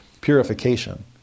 purification